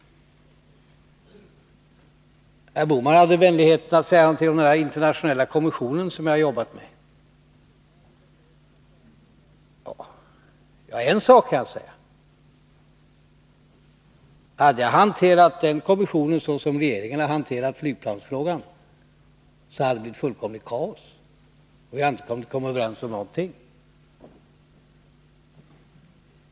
Herr Bohman hade vänligheten att säga något om den internationella kommission som jag har arbetet med. En sak kan jag säga: Hade jag hanterat den kommissionen som regeringen har hanterat flygplansfrågan, då hade det blivit fullkomligt kaos, och vi hade inte kunnat komma överens om någonting.